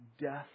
death